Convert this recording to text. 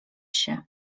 się